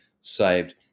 saved